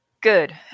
Good